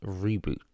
reboot